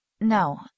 No